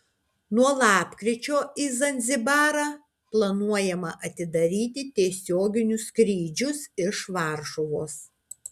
nuo lapkričio į zanzibarą planuojama atidaryti tiesioginius skrydžius iš varšuvos